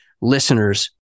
listeners